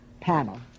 panel